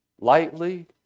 Lightly